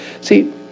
See